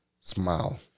smile